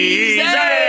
Easy